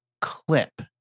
clip